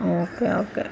okay okay